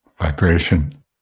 vibration